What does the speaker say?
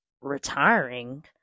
retiring